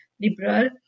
liberal